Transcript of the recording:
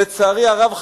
לצערי הרב,